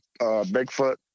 Bigfoot